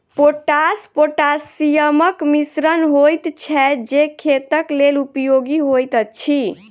potash पोटासियमक मिश्रण होइत छै जे खेतक लेल उपयोगी होइत अछि